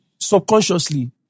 subconsciously